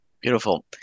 Beautiful